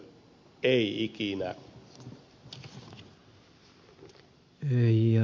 ei ikinä